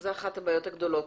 זו אחת הבעיות הגדולות.